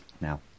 Now